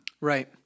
Right